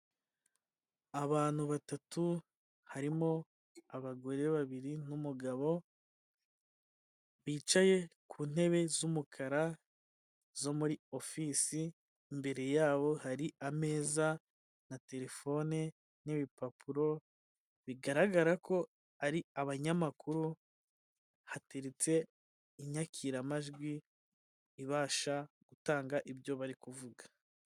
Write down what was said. Abantu batatu harimo abagore babiri n'umugabo, bicaye ku ntebe z'umukara zo muri osisi imbere yabo hari ameza na terefone n'ibipapuro, bigaragara ko ari abanyamakuru, hateretse inyakiramajwi ibasha gutanga ibyo bari kuvuga.